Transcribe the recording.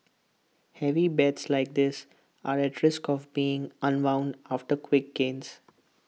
heavy bets like this are at risk of being unwound after quick gains